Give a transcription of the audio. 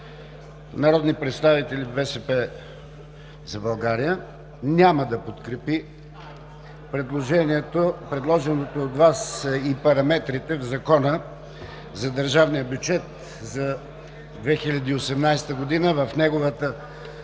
народни представители от „БСП за България“ няма да подкрепи предложеното от Вас и параметрите в Закона за държавния бюджет за 2018 г. в неговата част